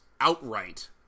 outright